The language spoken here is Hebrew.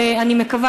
אני מקווה,